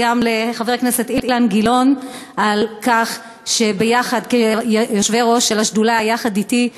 אילן גילאון על כך שכיושבי-ראש השדולה, יחד אתי,